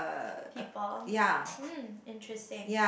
people hmm interesting